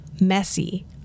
messy